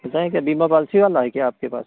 बताए क्या बीमा पालसी वाला है आपके पास